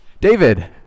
David